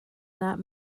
not